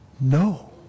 no